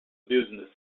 business